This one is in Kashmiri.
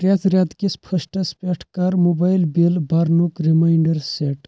پرٛٮ۪تھ رٮ۪تہٕ کِس فسٹس پٮ۪ٹھ کر موبایِل بِل برنُک ریمانڑر سیٹ